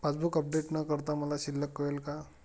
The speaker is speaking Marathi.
पासबूक अपडेट न करता मला शिल्लक कळेल का?